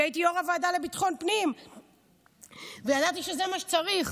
כי הייתי יו"ר הוועדה לביטחון פנים וידעתי שזה מה שצריך